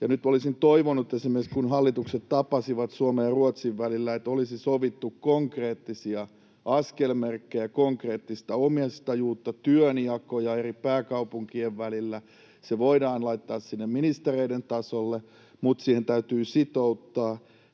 Minä olisin toivonut esimerkiksi, nyt kun hallitukset tapasivat, että Suomen ja Ruotsin välillä olisi sovittu konkreettisia askelmerkkejä, konkreettista omistajuutta, työnjakoja eri pääkaupunkien välillä. Se voidaan laittaa sinne ministereiden tasolle, mutta siihen täytyy sitouttaa,